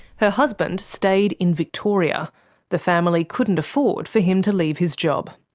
her husband stayed in victoria the family couldn't afford for him to leave his job.